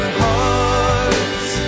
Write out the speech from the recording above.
hearts